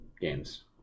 games